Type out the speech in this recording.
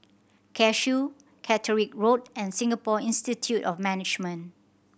Cashew Catterick Road and Singapore Institute of Management